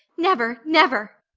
never, never!